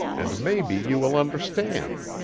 and maybe you will understand.